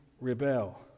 rebel